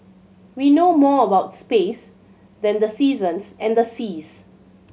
we know more about space than the seasons and the seas